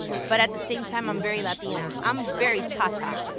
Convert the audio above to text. but at the same time, i'm very latina. i'm very cha-cha.